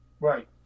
Right